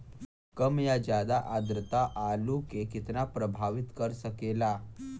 कम या ज्यादा आद्रता आलू के कितना प्रभावित कर सकेला?